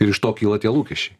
ir iš to kyla tie lūkesčiai